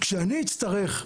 כשאני אצטרך,